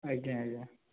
ଆଜ୍ଞା ଆଜ୍ଞା